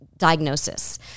diagnosis